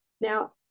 now